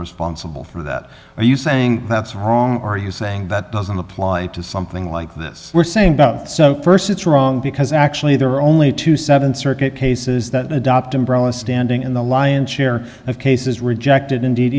responsible for that are you saying that's wrong or are you saying that doesn't apply to something like this we're saying about so st it's wrong because actually there are only twenty seven circuit cases that adopt umbrella standing in the lion's share of cases rejected indeed